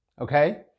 okay